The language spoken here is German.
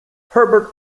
herbert